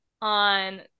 on